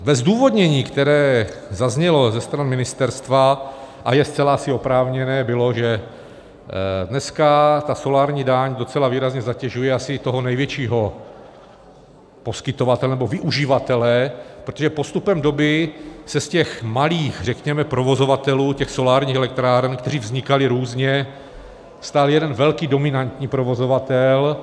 Ve zdůvodnění, které zaznělo ze strany ministerstva, a je zcela asi oprávněné, bylo, že dneska solární daň docela výrazně zatěžuje asi toho největšího poskytovatele nebo využivatele, protože postupem doby se z těch malých řekněme provozovatelů solárních elektráren, kteří vznikali různě, stal jeden velký, dominantní provozovatel.